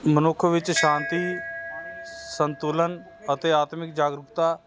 ਮਨੁੱਖ ਵਿੱਚ ਸ਼ਾਂਤੀ ਸੰਤੁਲਨ ਅਤੇ ਆਤਮਿਕ ਜਾਗਰੂਕਤਾ